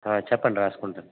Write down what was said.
చెప్పండి రాసుకుంటాను